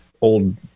old